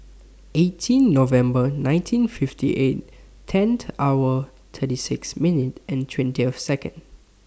eighteen November nineteen fifty eight tent hours thirty six minutes and twenty of Seconds